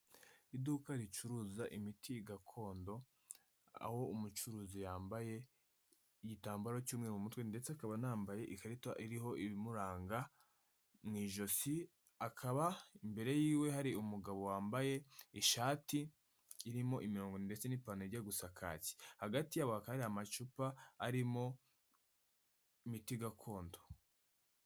Iduka ricuruza imiti gakondo, aho umucuruzi yambaye igitambaro cy'umweru mu mutwe ndetse akaba anambaye ikarita iriho ibimuranga mu ijosi, akaba imbere yiwe hari umugabo wambaye ishati irimo imirongo ndetse n'ipantaro ijya gusa kaki. Hagati yabo hakaba hari amacupa arimo imiti gakondo.